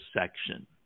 section